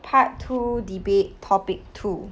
part two debate topic two